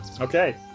Okay